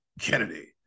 Kennedy